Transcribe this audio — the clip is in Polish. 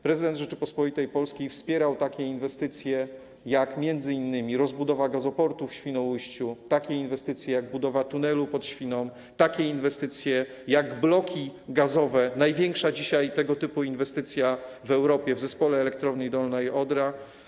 Prezydent Rzeczypospolitej Polskiej wspierał inwestycje takie jak rozbudowa gazoportu w Świnoujściu, takie inwestycje jak budowa tunelu pod Świną, takie inwestycje jak bloki gazowe, największa dzisiaj tego typu inwestycja w Europie, w Zespole Elektrowni Dolna Odra.